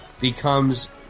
becomes